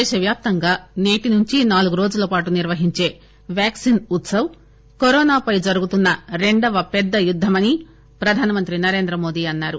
దేశ వ్యాప్తంగా నేటి నుంచి నాలుగు రోజుల పాటు నిర్వహించే వ్యాక్పిన్ ఉత్పవ్ కరోనాపై జరుగుతున్న రెండవ పెద్ద యుద్దమని ప్రధానమంత్రి నరేంద్ర మోదీ అన్నారు